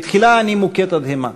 בתחילה אני מוכה תדהמה.